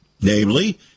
namely